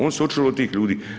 Oni su učili od tih ljudi.